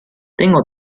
tengo